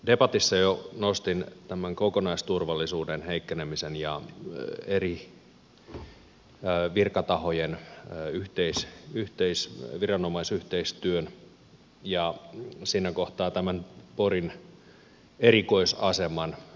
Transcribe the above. debatissa jo nostin tämän kokonaisturvallisuuden heikkenemisen ja eri virkatahojen viranomaisyhteistyön ja siinä kohtaa tämän porin erikoisaseman